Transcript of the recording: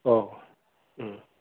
औ